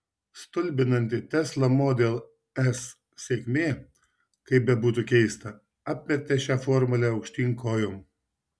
stulbinanti tesla model s sėkmė kaip bebūtų keista apvertė šią formulę aukštyn kojom